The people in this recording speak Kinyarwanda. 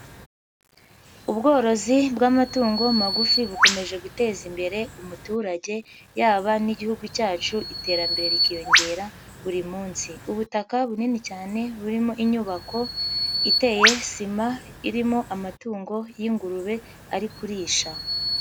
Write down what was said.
Ubworozi bw'amatungo magufi bukomeje guteza imbere umuturage, yaba n'igihugu cyacu iterambere rikiyongera buri munsi. Ubutaka bunini cyane burimo inyubako iteye sima irimo amatungo y'ingurube ari kurisha.